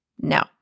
No